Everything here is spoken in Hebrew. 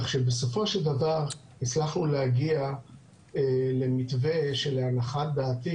כך שבסופו של דבר הצלחנו להגיע למתווה שלהנחת דעתי,